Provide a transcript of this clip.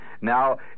Now